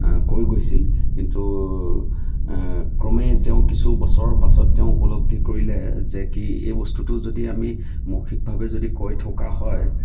কৈ গৈছিল কিন্তু ক্ৰমে তেওঁ কিছু বছৰৰ পাছত তেওঁ উপলব্ধি কৰিলে যে কি এই বস্তুটো যদি আমি মৌখিকভাৱে যদি কৈ থকা হয়